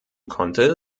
konnte